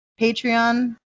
Patreon